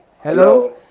hello